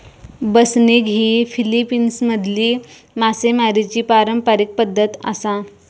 बसनिग ही फिलीपिन्समधली मासेमारीची पारंपारिक पद्धत आसा